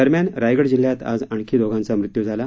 दरम्यान रायगड जिल्ह्यात आज आणखी दोघांचा मृत्यू झाला